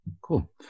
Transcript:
Cool